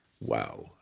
wow